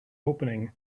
opening